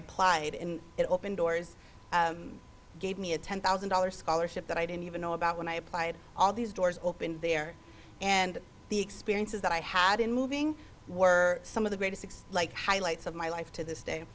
applied and it opened doors gave me a ten thousand dollars scholarship that i didn't even know about when i applied all these doors opened there and the experiences that i had in moving were some of the greatest like highlights of my life to this day